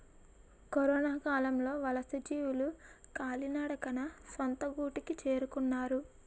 కరొనకాలంలో వలసజీవులు కాలినడకన సొంత గూటికి చేరుకున్నారు